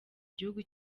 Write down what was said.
gihugu